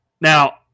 now